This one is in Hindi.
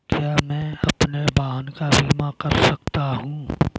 क्या मैं अपने वाहन का बीमा कर सकता हूँ?